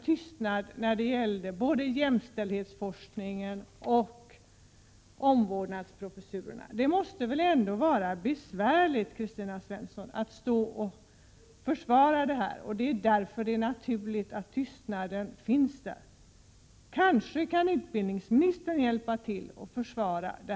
Tystnaden när det gäller både jämställdhetsforskningen och omvårdnadsprofessurerna är naturlig, eftersom det måste vara besvärligt för Kristina Svensson att försvara socialdemokraternas ställningstagande. Kanske utbildningsministern kan hjälpa till med försvaret.